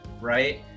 right